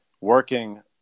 working